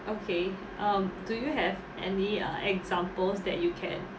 okay um do you have any uh examples that you can